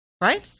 right